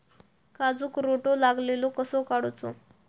काजूक रोटो लागलेलो कसो काडूचो?